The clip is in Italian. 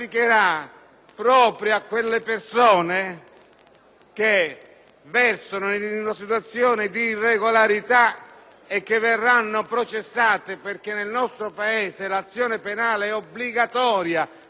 e che verranno processate perché nel nostro Paese l'azione penale è obbligatoria; non sarà nemmeno discrezionale: dovranno essere ricercate e processate. E coloro che daranno loro lavoro